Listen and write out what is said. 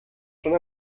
schon